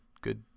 good